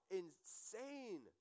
insane